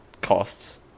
costs